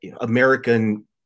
American